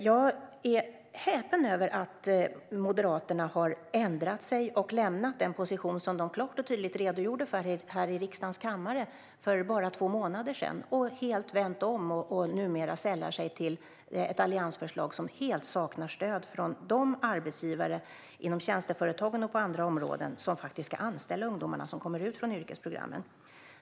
Jag är häpen över att Moderaterna har ändrat sig och lämnat den position som de klart och tydligt redogjorde för här i riksdagens kammare för bara två månader sedan och helt vänt om och numera sällar sig till ett alliansförslag som helt saknar stöd från de arbetsgivare inom tjänsteföretagen och på andra områden som faktiskt ska anställa de ungdomar som kommer ut från yrkesprogrammen.